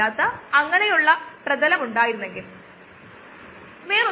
stirred tank ഇവയെല്ലാം ഫലപ്രദമായ ഒന്നാണ് എന്നാൽ അവയുടെ വലുപ്പങ്ങൾ വളരെ വ്യത്യസ്തമാണ്